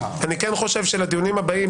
אני חושב שלדיונים הבאים,